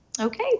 Okay